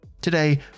Today